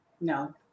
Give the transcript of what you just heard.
no